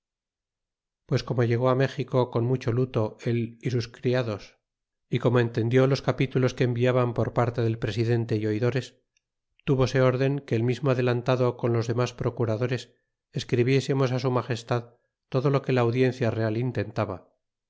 pues como llegó méxico con mucho luto él y sus criados y como entendió los capítulos que enviaban por parte del presidente é oidores tuvose rden que el mismo adelantado con los demas procuradores esdiencia real intentaba